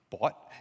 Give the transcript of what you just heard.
bought